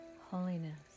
holiness